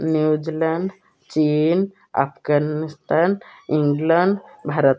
New Zealand ଚୀନ Afghanistan England Bharat